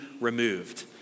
removed